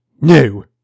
No